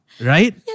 Right